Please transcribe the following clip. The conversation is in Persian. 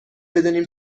بدانیم